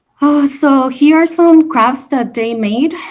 oh, so here are some crafts that they made.